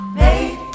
made